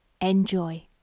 Enjoy